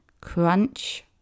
Crunch